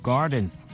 Gardens